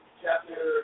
chapter